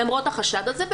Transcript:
למרות החשד הזה.